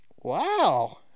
wow